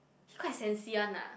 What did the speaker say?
he quite sensi one ah